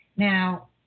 Now